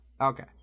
Okay